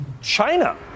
China